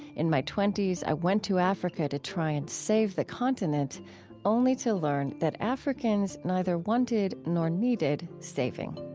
in my twenty s, i went to africa to try and save the continent only to learn that africans neither wanted nor needed saving.